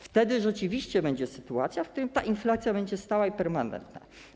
Wtedy rzeczywiście będzie sytuacja, w której ta inflacja będzie stała i permanentna.